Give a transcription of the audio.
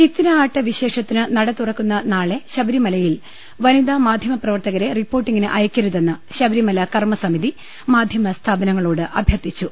ചിത്തിര ആട്ട വിശേഷത്തിന് നട തുറക്കുന്ന നാളെ ശബരിമലയിൽ വനിതാ മാധ്യമ പ്രവർത്ത കരെ റിപ്പോർട്ടിംഗിന് അയക്കരുതെന്ന് ശബരിമല കർമ്മസ മിതി മാധ്യമ സ്ഥാപനങ്ങളോട് അഭ്യർത്ഥിച്ചു